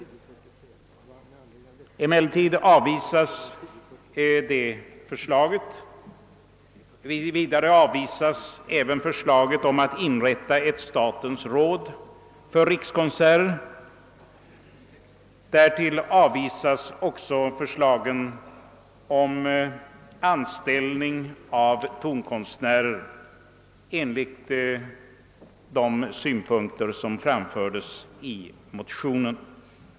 Motionens förslag avvisas dock. Vidare avvisas förslaget om att inrätta ett statens råd för rikskonserter ävensom förslagen om anställning av tonkonstnärer enligt de riktlinjer som framförts i motionen.